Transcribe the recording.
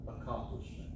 accomplishment